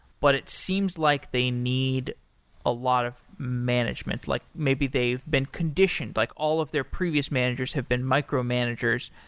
but it seems like they need a lot of management. like maybe they've been conditioned, like all of their previous managers have been micromanagers.